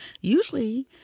Usually